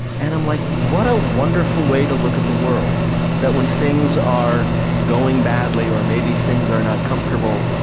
and i'm like what a wonderful way to look at the world that when things are going badly or maybe things are not comfortable.